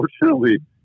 unfortunately